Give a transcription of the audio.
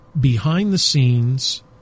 behind-the-scenes